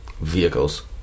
vehicles